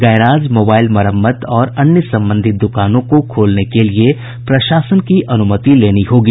garage mobile मरम्मत और अन्य संबंधित दुकानों को खोलने के लिये प्रशासन से अनुमति लेनी होगी